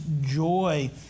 joy